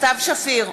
סתיו שפיר,